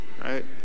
right